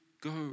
go